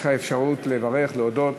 יש לך אפשרות לברך, להודות.